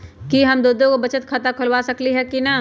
कि हम दो दो गो बचत खाता खोलबा सकली ह की न?